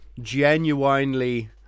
genuinely